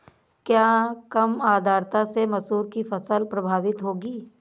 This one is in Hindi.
क्या कम आर्द्रता से मसूर की फसल प्रभावित होगी?